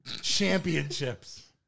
Championships